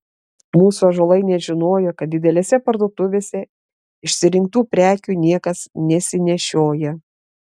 mūsų ąžuolai nežinojo kad didelėse parduotuvėse išsirinktų prekių niekas nesinešioja